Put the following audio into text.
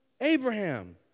Abraham